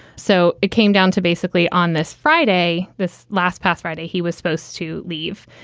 so it came down to basically on this friday, this last past friday, he was supposed to leave.